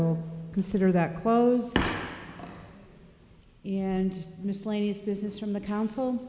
will consider that close yeah and miscellaneous this is from the council